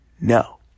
No